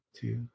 Two